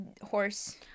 Horse